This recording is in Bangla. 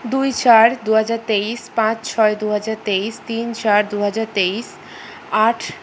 দুই চার দু হাজার তেইশ পাঁচ ছয় দু হাজার তেইশ তিন চার দু হাজার তেইশ আট